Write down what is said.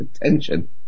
attention